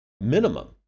Minimum